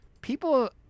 people